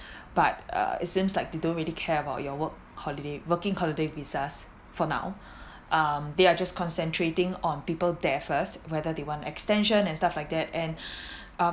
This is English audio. but uh it seems like they don't really care about your work holiday working holiday visas for now um they are just concentrating on people there first whether they want extension and stuff like that and uh